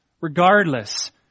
regardless